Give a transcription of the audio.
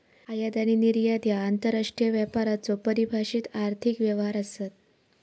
आयात आणि निर्यात ह्या आंतरराष्ट्रीय व्यापाराचो परिभाषित आर्थिक व्यवहार आसत